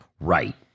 Right